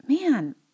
man